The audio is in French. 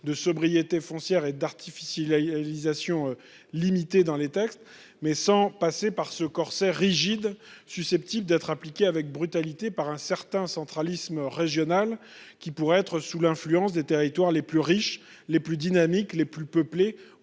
de sobriété foncière et d'artifice il a égalisation limitée dans les textes mais sans passer par ce corset rigide susceptibles d'être impliqué avec brutalité par un certain centralisme régional qui pourrait être sous l'influence des territoires les plus riches, les plus dynamiques, les plus peuplées